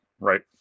right